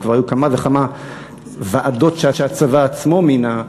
וכבר היו כמה וכמה ועדות שהצבא עצמו מינה,